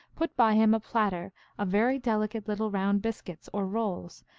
put by him a platter of very delicate little round biscuits, or rolls,